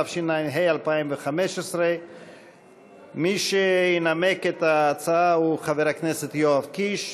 התשע"ה 2015. מי שינמק את ההצעה הוא חבר הכנסת יואב קיש,